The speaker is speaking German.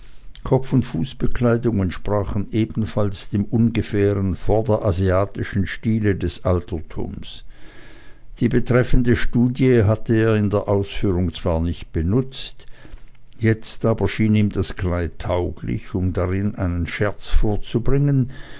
kopf und fußbekleidung entsprachen ebenfalls dem ungefähren vorderasiatischen stile des altertums die betreffende studie hatte er in der ausführung zwar nicht benutzt jetzt aber schien ihm das kleid tauglich um darin einen scherz vorzubringen